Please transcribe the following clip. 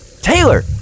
Taylor